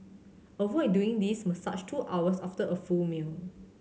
avoid doing this massage two hours after a full meal